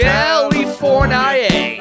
California